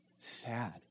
sad